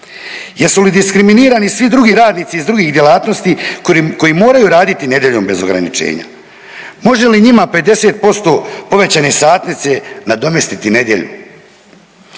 Jesu li diskriminirati svi drugi radnici iz drugih djelatnosti koji moraju raditi nedjeljom bez ograničenja? Može li njima 50% povećane satnice nadomjestiti nedjelju.